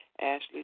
Ashley